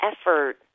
effort